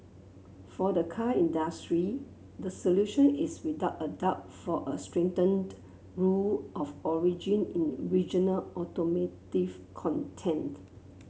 for the car industry the solution is without a doubt for a strengthened rule of origin in regional automotive content